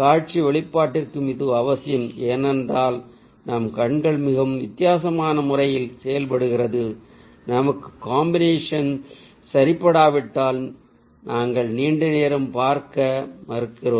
காட்சி வெளிப்பாட்டிற்கும் இது அவசியம் ஏனென்றால் நம் கண் மிகவும் வித்தியாசமான முறையில் செயல்படுகிறது நமக்கு காம்பினேஷன் சரிபடாவிட்டால் நாங்கள் நீண்ட நேரம் பார்க்க மறுக்கிறோம்